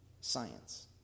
science